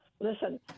listen